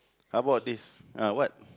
how about this ah what